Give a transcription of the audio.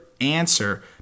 answer